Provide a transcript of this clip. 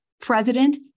president